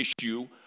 issue